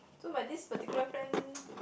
so my this particular friend